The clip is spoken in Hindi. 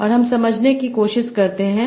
और हम समझने की कोशिश करते हैं